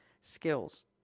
skills